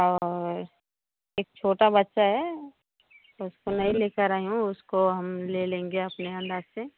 और एक छोटा बच्चा है उसको नहीं लेकर आई हूँ उसको हम ले लेंगे अपने अलग से